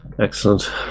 Excellent